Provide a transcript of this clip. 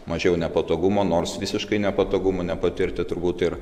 mažiau nepatogumų nors visiškai nepatogumų nepatirti turbūt ir